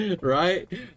right